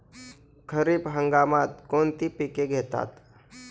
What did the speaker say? खरीप हंगामात कोणती पिके घेतात?